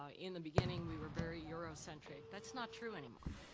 ah in the beginning, we were very eurocentric. that's not true anymore.